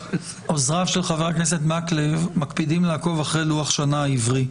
עוזריו של חבר הכנסת מקלב מקפידים לעקוב אחרי לוח השנה העברי.